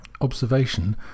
Observation